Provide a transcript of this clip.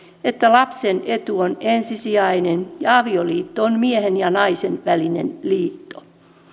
että lapsen etu on ensisijainen ja avioliitto on miehen ja naisen välinen liitto